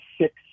six